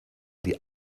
die